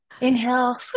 Inhale